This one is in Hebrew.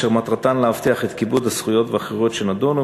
אשר מטרתן להבטיח את כיבוד הזכויות והחירויות שנדונו,